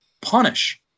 punish